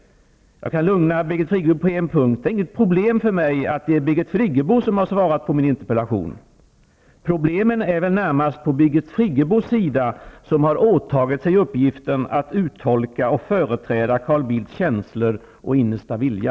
Jag kan lugna Birgit Friggebo på en punkt. Det är inget problem för mig att det är Birgit Friggebo som har svarat på min interpellation. Problemen ligger väl närmast hos Birgit Friggebo, eftersom hon har åtagit sig uppgiften att uttolka och företräda Carl Bildts känslor och innersta vilja.